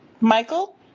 Michael